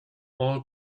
all